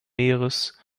meeres